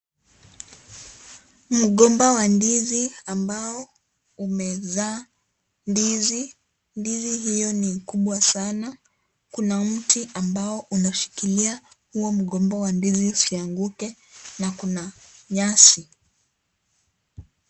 Mgomba wa ndizi ambao umezaa ndizi. Ndizi hiyo ni kubwa sana. Kuna mti ambao unashikilia huo mgomba wa ndizi usianguke na kuna nyasi.